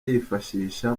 yifashisha